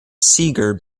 seeger